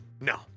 No